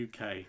uk